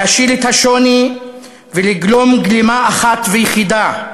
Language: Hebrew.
להשיל את השוני ולגלום גלימה אחת ויחידה,